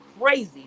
crazy